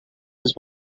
his